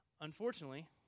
Unfortunately